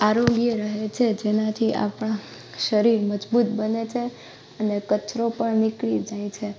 આરોગ્ય રહે છે જેનાથી આપણા શરીર મજબૂત બને છે અને કચરો પણ નિકળી જાય છે